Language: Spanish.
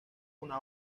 una